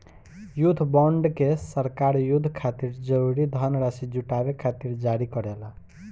युद्ध बॉन्ड के सरकार युद्ध खातिर जरूरी धनराशि जुटावे खातिर जारी करेला